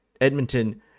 Edmonton